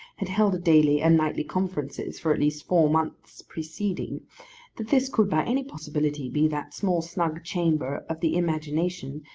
had held daily and nightly conferences for at least four months preceding that this could by any possibility be that small snug chamber of the imagination,